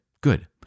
Good